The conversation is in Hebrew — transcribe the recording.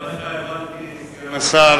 מדבריך, סגן השר,